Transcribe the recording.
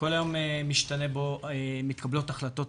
כל יום מתקבלות החלטות,